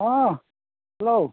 ᱦᱮᱸ ᱦᱮᱞᱳ